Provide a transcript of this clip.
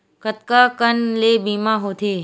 कतका कन ले बीमा होथे?